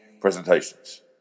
presentations